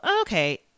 okay